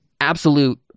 absolute